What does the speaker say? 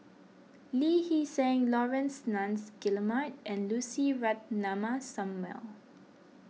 Lee Hee Seng Laurence Nunns Guillemard and Lucy Ratnammah Samuel